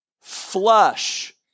Flush